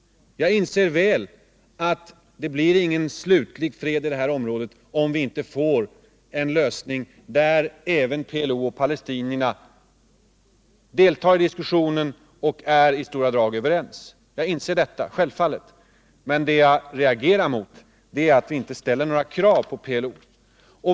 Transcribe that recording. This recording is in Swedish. Jag inser väl att det blir ingen slutlig fred i det här området, om vi inte får en lösning där även PLO och palestinierna deltar i diskussionen och i stora drag är överens. Självfallet inser jag detta, men det jag reagerar emot är att vi inte ställer några krav på PLO.